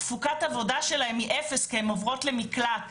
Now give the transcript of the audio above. תפוקת העבודה שלהן היא אפס כי הן עוברות למקלט,